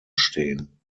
stehen